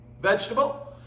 Vegetable